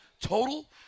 total